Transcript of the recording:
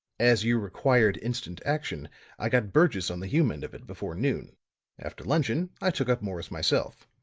as you required instant action i got burgess on the hume end of it before noon after luncheon i took up morris myself.